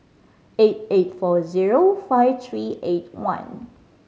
eight eight four zero five three eight one